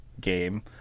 game